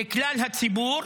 לכלל הציבור,